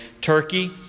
Turkey